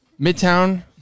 Midtown